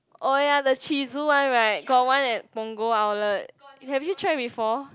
oh ya the Chiizu one right got one at Punggol outlet have you tried before